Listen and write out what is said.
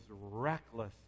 reckless